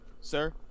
sir